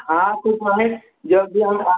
हाँ तो जब भी हम